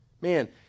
Man